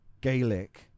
Gaelic